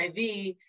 HIV